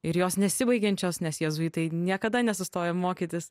ir jos nesibaigiančios nes jėzuitai niekada nesustoja mokytis